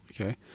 Okay